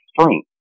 spring